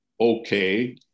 okay